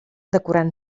decorant